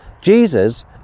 jesus